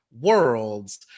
worlds